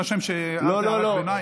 את רוצה שיירשם שהערת הערת ביניים?